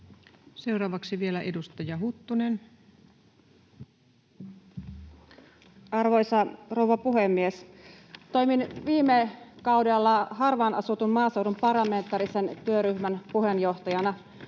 Seuraavaksi vielä edustaja Huttunen. Arvoisa rouva puhemies! Toimin viime kaudella harvaan asutun maaseudun parlamentaarisen työryhmän puheenjohtajana.